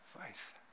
faith